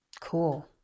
Cool